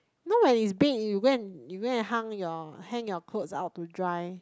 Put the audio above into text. know when it's bed you go and you go and hung your hang your clothes out to dry